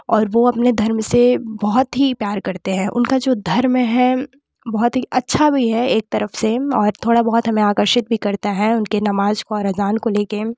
और वो अपने धर्म से बहुत ही प्यार करते हैं उनका जो धर्म है बहुत ही अच्छा भी है एक तरफ से और थोड़ा बहुत हमें आकर्षित भी करता है उनके नमाज़ को और अज़ान को लेके